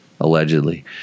allegedly